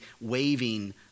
waving